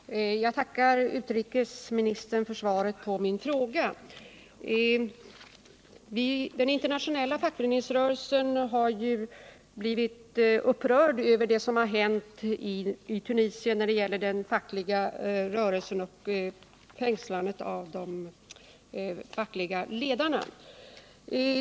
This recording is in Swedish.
Herr talman! Jag tackar utrikesministern för svaret på min fråga. Den internationella fackföreningsrörelsen har blivit upprörd över det som har hänt i Tunisien när det gäller den fackliga rörelsen och fängslandet av de fackliga ledarna.